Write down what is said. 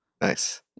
Nice